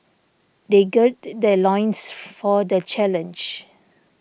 they gird their loins for the challenge